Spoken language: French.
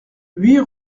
huit